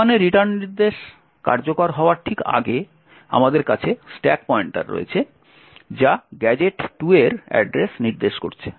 G1 এ return নির্দেশ কার্যকর হওয়ার ঠিক আগে আমাদের কাছে স্ট্যাক পয়েন্টার রয়েছে যা গ্যাজেট 2 এর অ্যাড্রেস নির্দেশ করছে